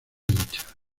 ducha